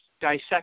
dissect